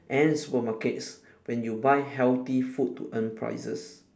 and supermarkets when you buy healthy food to earn prizes